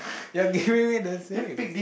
you are giving me the same